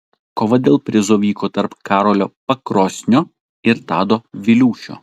kova dėl prizo vyko tarp karolio pakrosnio ir tado viliūšio